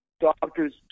doctors